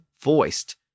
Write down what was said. voiced